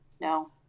No